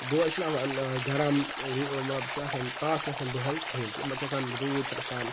دوہے چھُنہٕ آسان گرم مطلب بہٕ چھُس آسان مطلب تاپھ چھُنہٕ آسان دُہوے کِہینۍ تہِ اَمہِ منٛز چھُ آسان مطلب روٗد چھُ آسان